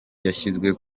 yashyizwe